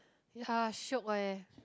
ya shiok leh